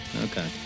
Okay